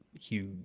huge